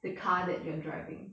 the car that you are driving